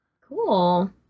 Cool